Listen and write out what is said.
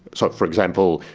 so, for example,